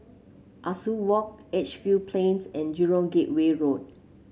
Ah Soo Walk Edgefield Plains and Jurong Gateway Road